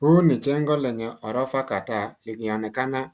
Huu ni jengo lenye ghorofa kadhaa likionekana